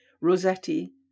Rossetti